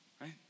right